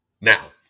Now